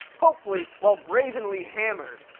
hopefully while brazenly hammered.